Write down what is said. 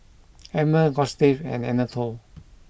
Emmer Gustave and Anatole